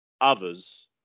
Others